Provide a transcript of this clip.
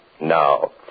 Now